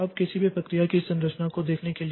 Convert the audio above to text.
अब किसी भी प्रक्रिया की संरचना को देखने के लिए